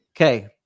Okay